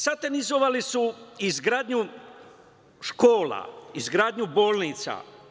Satanizovali su izgradnju škola, izgradnju bolnica.